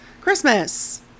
christmas